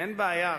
אין בעיה,